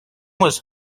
was